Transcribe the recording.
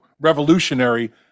revolutionary